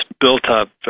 built-up